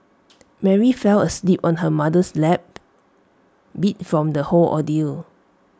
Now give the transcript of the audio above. Mary fell asleep on her mother's lap beat from the whole ordeal